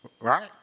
Right